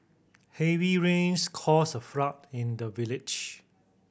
heavy rains caused a flood in the village